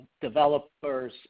developers